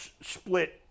split